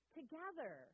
together